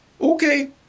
Okay